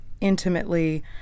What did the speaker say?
intimately